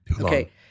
Okay